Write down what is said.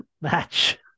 match